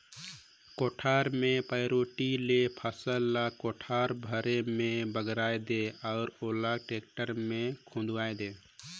कोठार मे पैरोठी ले फसल ल कोठार भरे मे बगराय दे अउ ओला टेक्टर मे खुंदवाये दे